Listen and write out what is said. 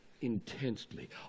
intensely